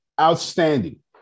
outstanding